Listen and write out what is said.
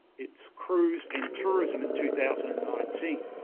it's cruise and tourism in two thousand and nineteen.